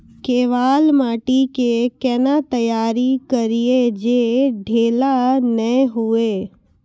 केवाल माटी के कैना तैयारी करिए जे ढेला नैय हुए?